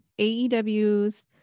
aews